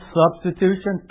substitution